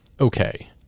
okay